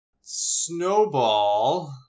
Snowball